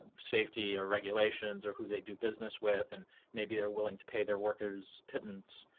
safety or regulations or who they do business with, and maybe they're willing to pay their workers pittance.